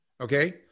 Okay